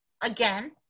again